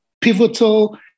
pivotal